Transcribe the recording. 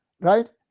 right